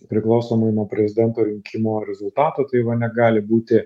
priklausomai nuo prezidento rinkimų rezultatų taivane gali būti